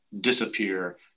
disappear